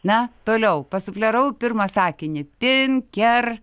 na toliau pasufleravau pirmą sakinį pinker